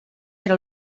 era